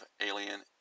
alien